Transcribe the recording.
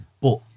But-